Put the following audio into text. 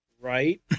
right